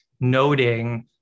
noting